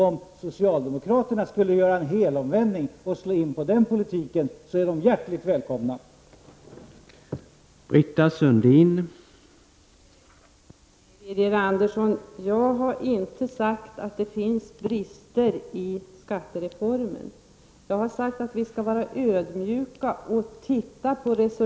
Om socialdemokraterna skulle göra en helomvändning och slå in på den politik som vi här förordar, är de hjärtligt välkomna att vara med.